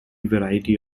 variety